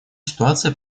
ситуация